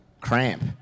cramp